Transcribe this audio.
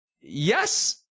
yes